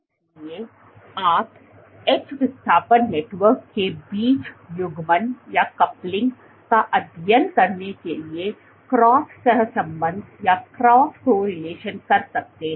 इसलिए आप एज विस्थापन नेटवर्क के बीच युग्मन का अध्ययन करने के लिए क्रॉस सहसंबंध कर सकते हैं